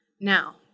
Now